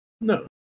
No